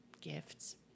Gifts